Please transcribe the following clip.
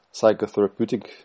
psychotherapeutic